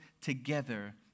together